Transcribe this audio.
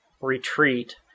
retreat